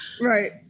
right